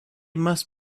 must